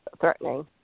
threatening